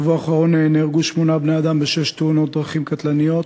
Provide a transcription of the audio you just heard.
בשבוע האחרון נהרגו שמונה בני-אדם בשש תאונות דרכים קטלניות.